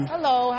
Hello